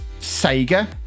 Sega